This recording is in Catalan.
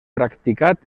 practicat